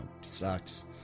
sucks